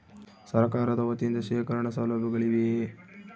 ಸರಕಾರದ ವತಿಯಿಂದ ಶೇಖರಣ ಸೌಲಭ್ಯಗಳಿವೆಯೇ?